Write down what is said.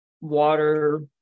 water